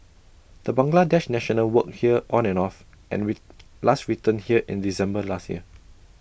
the Bangladesh national worked here on and off and last returned here in December last year